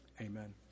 Amen